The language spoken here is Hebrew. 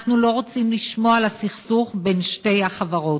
אנחנו לא רוצים לשמוע על הסכסוך בין שתי החברות.